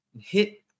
hit